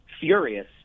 furious